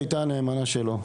היא הייתה הנאמנה שלו.